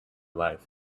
life